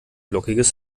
lockiges